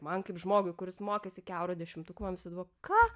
man kaip žmogui kuris mokėsi kiauru dešimtuku man visada buvo ką